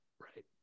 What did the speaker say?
Right